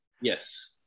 Yes